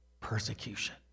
persecution